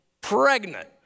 pregnant